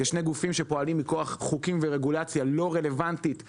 כשני גופים שפועלים מכוח חוקים ורגולציה לא רלוונטית להיום.